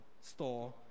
store